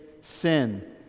sin